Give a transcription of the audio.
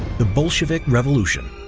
the bolshevik revolution.